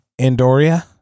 Andoria